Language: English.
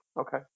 Okay